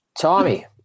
Tommy